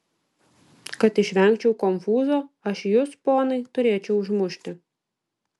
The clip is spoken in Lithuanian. kad išvengčiau konfūzo aš jus ponai turėčiau užmušti